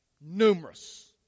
Numerous